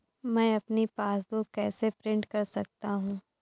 मैं अपनी पासबुक कैसे प्रिंट कर सकता हूँ?